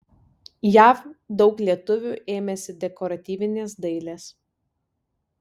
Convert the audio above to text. jav daug lietuvių ėmėsi dekoratyvinės dailės